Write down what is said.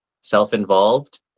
self-involved